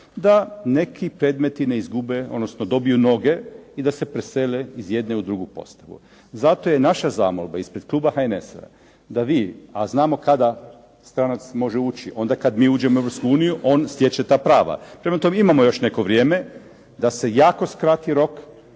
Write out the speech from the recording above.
da neki predmeti ne izgube, odnosno dobiju noge i da se presele iz jedne u drugu postavu. Zato je naša zamolba ispred kluba HNS-a da vi, a znamo kada stranac može ući, onda kad mi uđemo u Europsku uniju on stječe ta prava. Prema tome, imamo još neko vrijeme da se jako skrati rok